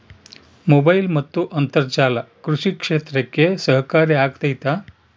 Mobile ಮತ್ತು ಅಂತರ್ಜಾಲ ಕೃಷಿ ಕ್ಷೇತ್ರಕ್ಕೆ ಸಹಕಾರಿ ಆಗ್ತೈತಾ?